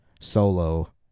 solo